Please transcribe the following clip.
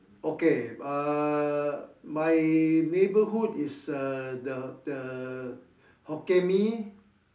okay uh my neighbourhood is uh the the Hokkien-Mee